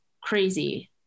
crazy